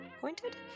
pointed